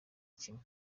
kimwe